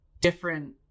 different